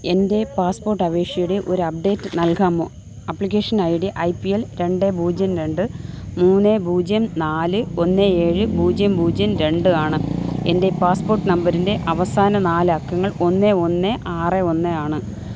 എൻ്റെ പാസ്പോർട്ട് അപേക്ഷയുടെ ഒരു അപ്ഡേറ്റ് നൽകാമോ application I D I P L രണ്ട് പൂജ്യം രണ്ട് മൂന്ന് പൂജ്യം നാല് ഒന്ന് എഴ് പൂജ്യം പൂജ്യം രണ്ട് ആണ് എൻ്റെ പാസ്പോർട്ട് നമ്പറിൻ്റെ അവസാന നാല് അക്കങ്ങൾ ഒന്ന് ഒന്ന് ആറ് ഒന്ന് ആണ്